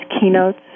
keynotes